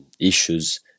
issues